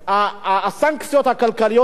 הסנקציות הכלכליות חיוניות,